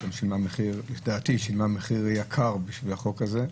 שהיא גם שילמה מחיר דעתי יקר בשביל החוק הזה.